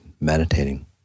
meditating